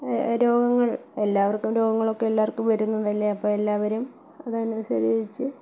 രോഗങ്ങൾ എല്ലാവർക്കും രോഗങ്ങളൊക്കെ എല്ലാവർക്കും വരുന്നതല്ലേ അപ്പോള് എല്ലാവരും അതനുസരിച്ച്